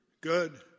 Good